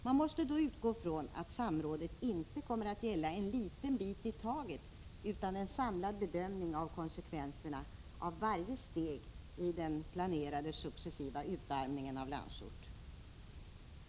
Man måste då utgå från att samrådet inte kommer att gälla en liten bit i taget utan en samlad bedömning av konsekvenserna av varje steg i den planerade successiva utarmningen av Landsort.